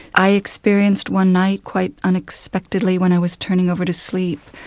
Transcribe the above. i experienced one night, quite unexpectedly when i was turning over to sleep,